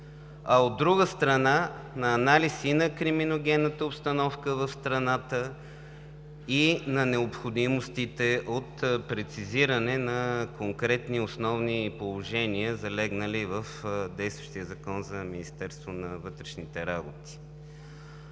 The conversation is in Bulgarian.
а от друга страна, на анализ и на криминогенната обстановка в страната и на необходимостите от прецизиране на конкретни основни положения, залегнали в действащия Закон за Министерството на вътрешните работи.